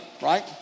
right